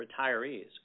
retirees